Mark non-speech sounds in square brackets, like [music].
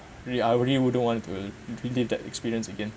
[noise] I really wouldn't want to relive that experience again